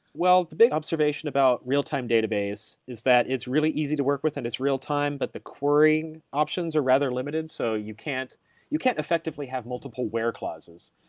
the big observation about real-time database is that it's really easy to work with and it's real-time, but the querying options are rather limited, so you can't you can't effectively have multiple where clauses.